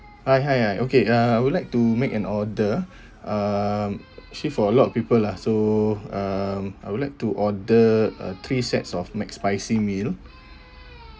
hi hi I okay uh I would like to make an order um actually for a lot of people lah so um I would like to order uh three sets of mac spicy meal